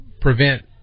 prevent